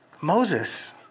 Moses